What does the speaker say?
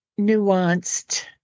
nuanced